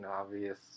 obvious